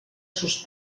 sos